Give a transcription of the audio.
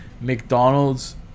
McDonald's